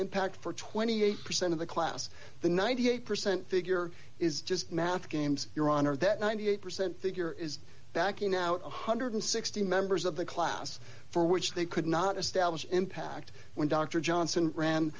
impact for twenty eight percent of the class the ninety eight percent figure is just math games your honor that ninety eight percent figure is backing out one hundred and sixty members of the class for which they could not establish impact when dr johnson ran